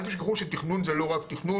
אל תשכחו שתכנון זה לא רק תכנון,